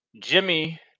Jimmy